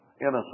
innocent